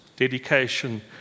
dedication